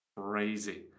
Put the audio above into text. crazy